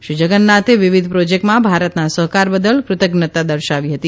શ્રી જગન્નાથે વિવિધ પ્રોજેક્ટમાં ભારતના સહકાર બદલ ક્રતજ્ઞતા દર્શાવી હતી